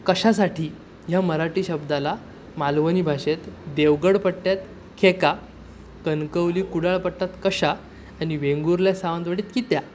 कशासाठी ह्या मराठी शब्दाला मालवणी भाषेत देवगड पट्ट्यात खेका कणकवली कुडाळ पट्ट्यात कशा आणि वेंगुर्ला सावंतवाडीत कित्या